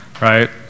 right